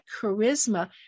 charisma